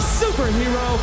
superhero